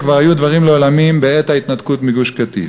וכבר היו דברים לעולמים בעת ההתנתקות מגוש-קטיף.